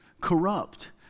corrupt